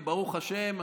וברוך השם,